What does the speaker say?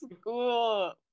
school